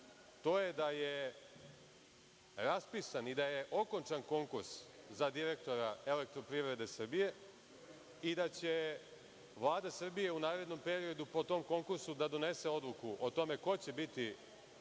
to je da je raspisan i da je okončan konkurs za direktora „Elektroprivrede Srbije“, i da će Vlada Srbije u narednom periodu, po tom konkursu, da donese odluke o tome ko će biti